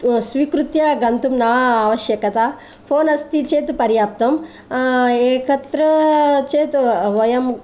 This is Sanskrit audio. स्वीकृत्य गन्तुं न आवश्यकता फोन् अस्ति चेत् पर्याप्तम् एकत्र चेत् वयं